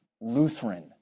Lutheran